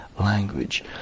language